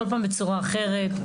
כל פעם בצורה אחרת.